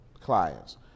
clients